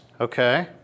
Okay